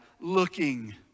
looking